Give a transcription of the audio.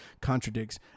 contradicts